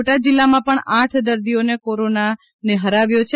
બોટાદ જિલ્લામાં પણ આઠ દર્દીઓએ કોરોનાને હરાવ્યો છે